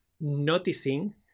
noticing